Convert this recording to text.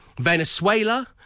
Venezuela